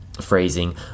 phrasing